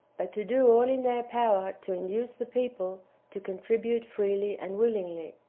but to do all in their power to induce the people to contribute freely and willingly.